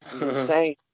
insane